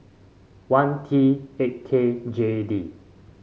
one T eight K J D